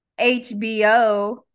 HBO